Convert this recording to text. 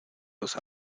los